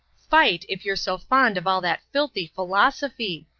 fight, if you're so fond of all that filthy philosophy!